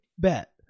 bet